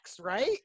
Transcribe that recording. Right